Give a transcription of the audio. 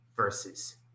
Versus